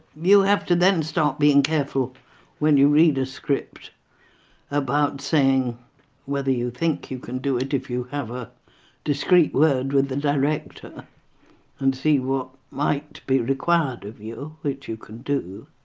you have to then start being careful when you read a script about saying whether you think you can do it if you have a discrete word with the director and see what might be required of you which you can do.